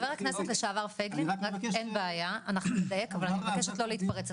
אני מבקשת לא להתפרץ.